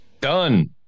done